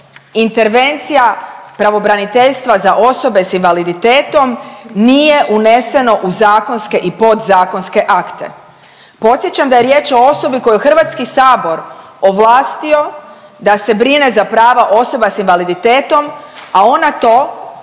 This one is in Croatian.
intervencija pravobraniteljstva za osobe sa invaliditetom nije uneseno u zakonske i podzakonske akte. Podsjećam da je riječ o osobi koju je Hrvatski sabor ovlastio da se brine za prava osoba sa invaliditetom, a ona to